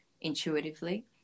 intuitively